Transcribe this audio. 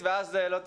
החינוך,